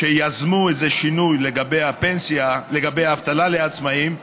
שיזמו איזה שינוי לגבי אבטלה לעצמאים,